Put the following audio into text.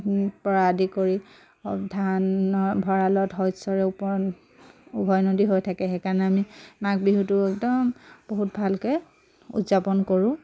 পৰা আদি কৰি ধানৰ ভঁৰালত শস্যৰে ওপৰ উভৈনদী হৈ থাকে সেইকাৰণে আমি মাঘ বিহুটো একদম বহুত ভালকৈ উদযাপন কৰোঁ